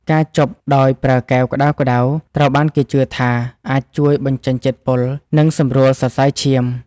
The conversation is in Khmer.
ការជប់ដោយប្រើកែវក្តៅៗ ត្រូវបានគេជឿថាអាចជួយបញ្ចេញជាតិពុល និងសម្រួលសរសៃឈាម។